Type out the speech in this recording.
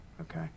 Okay